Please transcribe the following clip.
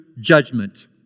judgment